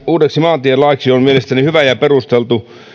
uudeksi maantielaiksi on mielestäni hyvä ja perusteltu